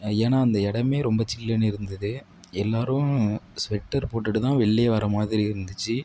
ஏனால் அந்த இடமே ரொம்ப சில்லுனு இருந்தது எல்லோரும் ஸ்வெட்டர் போட்டுகிட்டு தான் வெளிலையே வர மாதிரி இருந்துச்சு